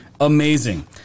amazing